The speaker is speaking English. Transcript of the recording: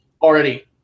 already